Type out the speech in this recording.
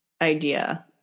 idea